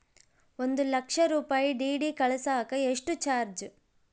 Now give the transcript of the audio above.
ಒಂದು ಲಕ್ಷ ರೂಪಾಯಿ ಡಿ.ಡಿ ಕಳಸಾಕ ಎಷ್ಟು ಚಾರ್ಜ್?